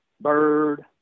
Bird